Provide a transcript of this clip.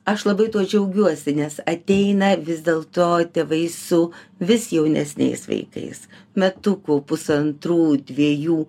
aš labai tuo džiaugiuosi nes ateina vis dėl to tėvai su vis jaunesniais vaikais metukų pusantrų dvejų